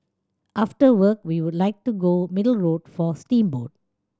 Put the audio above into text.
after work we would like to go Middle Road for steamboat